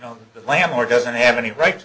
know the lamb or doesn't have any right to